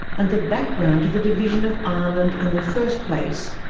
and the background to the division of ireland in the first place.